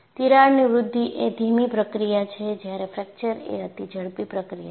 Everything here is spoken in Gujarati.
તિરાડની વૃદ્ધિ એ ધીમી પ્રક્રિયા છે જ્યારે ફ્રેકચર એ અતિ ઝડપી પ્રક્રિયા છે